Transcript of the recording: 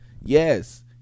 yes